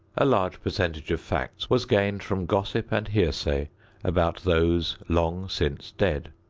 a large percentage of facts was gained from gossip and hearsay about those long since dead.